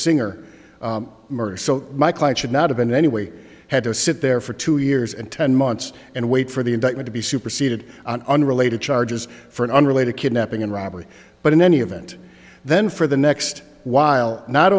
singer murder so my client should not have been anyway had to sit there for two years and ten months and wait for the indictment to be superseded on unrelated charges for an unrelated kidnapping and robbery but in any event then for the next while not